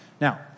Now